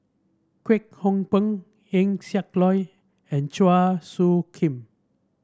Kwek Hong Png Eng Siak Loy and Chua Soo Khim